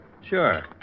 Sure